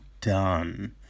done